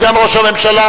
סגן ראש הממשלה,